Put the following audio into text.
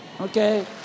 Okay